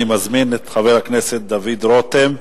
אני מזמין את חבר הכנסת דוד רותם,